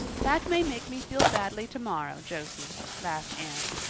that may make me feel badly tomorrow, josie, laughed anne,